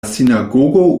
sinagogo